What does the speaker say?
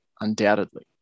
undoubtedly